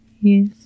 Yes